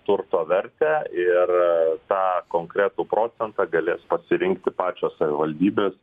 turto vertę ir tą konkretų procentą galės pasirinkti pačios savivaldybės